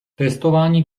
testování